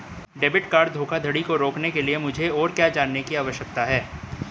Debit card धोखाधड़ी को रोकने के लिए मुझे और क्या जानने की आवश्यकता है?